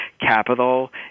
capital